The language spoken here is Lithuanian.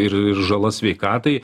ir žala sveikatai